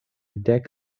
dek